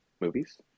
Movies